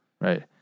Right